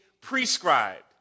prescribed